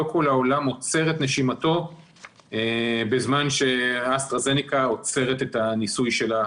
לא כל העולם עוצר את נשימתו בזמן שאסטרה זניקה עוצרת את הניסוי שלה.